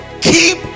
keep